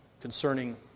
concerning